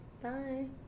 Bye